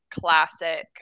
classic